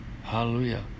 Hallelujah